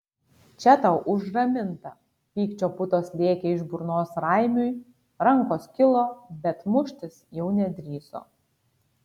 čia tau už ramintą pykčio putos lėkė iš burnos raimiui rankos kilo bet muštis jau nedrįso